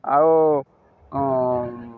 ଆଉ